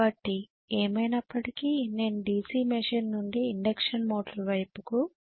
కాబట్టి ఏమైనప్పటికీ నేను DC మెషిన్ నుండి ఇండక్షన్ మోటారు వైపుకు వచ్చాను